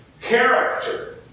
character